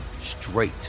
straight